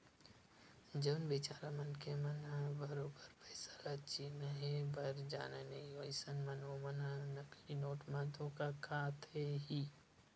जउन बिचारा मनखे मन ह बरोबर पइसा ल चिनहे बर जानय नइ अइसन म ओमन ह नकली नोट म धोखा खाथे ही